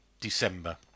December